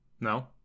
No